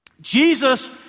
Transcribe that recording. Jesus